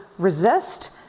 resist